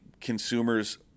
consumers